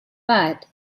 but